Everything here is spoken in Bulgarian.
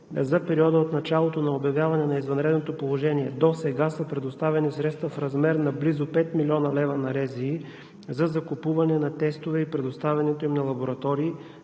за периода от началото на обявяване на извънредното положение досега са предоставени средства в размер на близо 5 млн. лв. на РЗИ за закупуване на тестове и предоставянето им на лаборатории